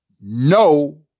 no